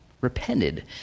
repented